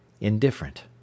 indifferent